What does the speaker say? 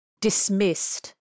dismissed